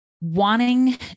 wanting